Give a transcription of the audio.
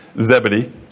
Zebedee